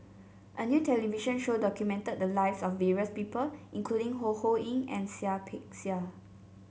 a new television show documented the lives of various people including Ho Ho Ying and Seah Peck Seah